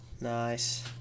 Nice